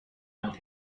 and